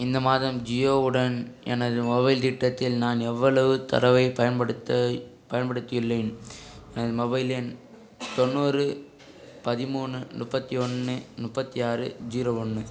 இந்த மாதம் ஜியோ உடன் எனது மொபைல் திட்டத்தில் நான் எவ்வளவு தரவைப் பயன்படுத்த பயன்படுத்தியுள்ளேன் எனது மொபைல் எண் தொண்ணூறு பதிமூணு முப்பத்தி ஒன்று முப்பத்தி ஆறு ஜீரோ ஒன்று